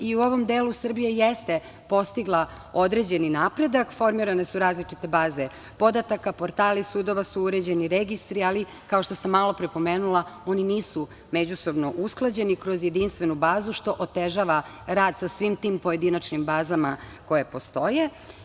I u ovom delu Srbija jeste postigla određeni napredak, formirane su različite baze podataka, portali sudova su uređeni registri ali, kao što sam malopre pomenula oni nisu međusobno usklađeni kroz jedinstvenu bazu što otežava rad sa svim tim pojedinačnim bazama koje postoje.